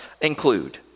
include